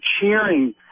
cheering